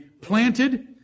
planted